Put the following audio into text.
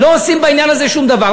לא עושים בעניין הזה שום דבר.